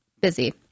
busy